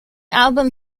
album